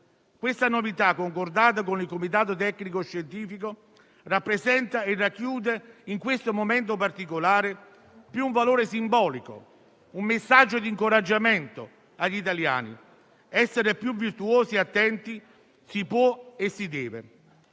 Questa novità, concordata con il comitato tecnico-scientifico, rappresenta e racchiude, in questo momento particolare, più che altro un valore simbolico e un messaggio di incoraggiamento agli italiani: essere più virtuosi e attenti si può e si deve.